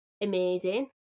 amazing